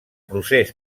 procés